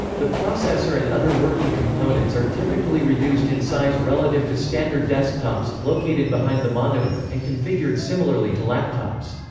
the processor and other working components are typically reduced in size relative to standard desktops, located behind the monitor, and configured similarly to laptops.